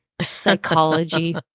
psychology